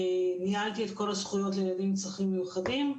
ניהלתי את קול הזכויות לילדים עם צרכים מיוחדים,